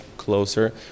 closer